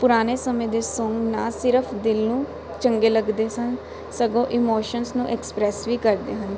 ਪੁਰਾਣੇ ਸਮੇਂ ਦੇ ਸੌਂਗ ਨਾ ਸਿਰਫ ਦਿਲ ਨੂੰ ਚੰਗੇ ਲੱਗਦੇ ਸਨ ਸਗੋਂ ਇਮੋਸ਼ਨਸ ਨੂੰ ਐਕਸਪ੍ਰੈਸ ਵੀ ਕਰਦੇ ਹਨ